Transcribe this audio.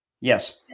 Yes